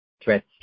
threats